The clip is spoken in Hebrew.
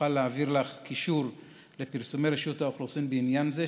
אוכל להעביר לך קישור לפרסומים של רשות האוכלוסין בעניין זה,